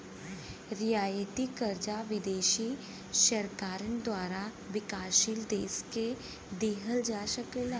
रियायती कर्जा विदेशी सरकारन द्वारा विकासशील देश के दिहल जा सकला